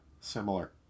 similar